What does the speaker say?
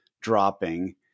dropping